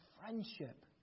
friendship